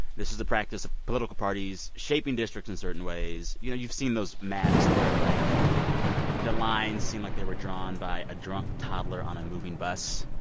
this is the practice of political parties shaping districts in certain ways. you know, you've seen those maps where like the lines seem like they were drawn by a drunk toddler on a moving bus.